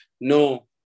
no